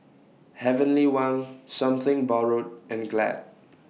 Heavenly Wang Something Borrowed and Glad